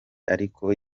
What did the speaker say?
ariko